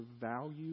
value